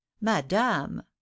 madame